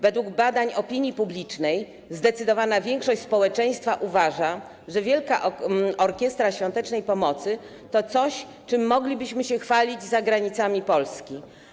Według badań opinii publicznej zdecydowana większość społeczeństwa uważa, że Wielka Orkiestra Świątecznej Pomocy to coś, czym moglibyśmy się chwalić poza granicami Polski.